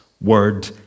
word